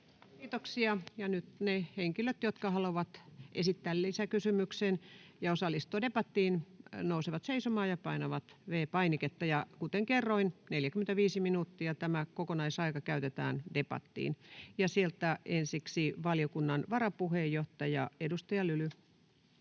Kiitoksia.— Ja nyt ne henkilöt, jotka haluavat esittää lisäkysymyksen ja osallistua debattiin, nousevat seisomaan ja painavat V-painiketta. Ja kuten kerroin: tämä kokonaisaika, 45 minuuttia, käytetään debattiin. — Ja sieltä ensiksi valiokunnan varapuheenjohtaja, edustaja Lyly.